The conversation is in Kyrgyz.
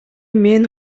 мен